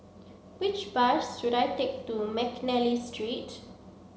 which bus should I take to Mcnally Street